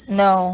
no